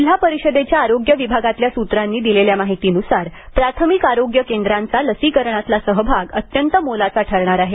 जिल्हा परिषदेच्या आरोग्य विभागातल्या सूत्रांनी दिलेल्या माहितीनुसार प्राथमिक आरोग्य केंद्रांचा लसीकरणातला सहभाग अत्यंत मोलाचा ठरणार आहे